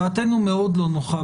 דעתנו מאוד לא נוחה,